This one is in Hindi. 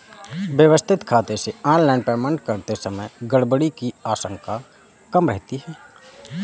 व्यवस्थित खाते से ऑनलाइन पेमेंट करते समय गड़बड़ी की आशंका कम रहती है